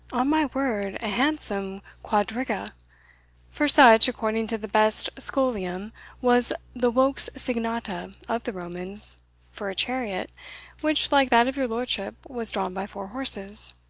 on my word, a handsome quadriga for such, according to the best scholium was the vox signata of the romans for a chariot which, like that of your lordship, was drawn by four horses.